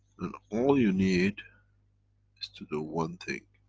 and all you need is to do one thing,